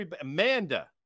Amanda